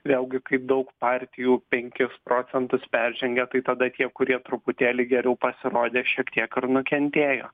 vėlgi kaip daug partijų penkis procentus peržengia tai tada tie kurie truputėlį geriau pasirodė šiek tiek ir nukentėjo